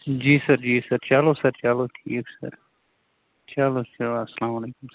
جی sir جی sir چلو sir چلو ٹھیٖک چھُ سَر چلو چلو اسلامُ علیکم سَر